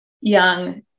young